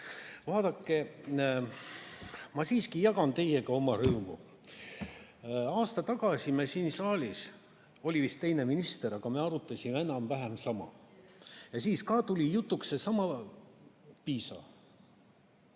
Vaadake, ma siiski jagan teiega oma rõõmu. Aasta tagasi oli siin saalis vist teine minister, aga me arutasime enam-vähem sama. Ka siis tuli jutuks seesama PISA.